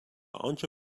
آنچه